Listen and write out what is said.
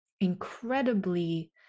incredibly